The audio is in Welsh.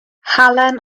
halen